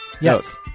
Yes